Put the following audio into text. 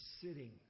sitting